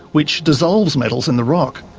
which dissolves metals in the rock.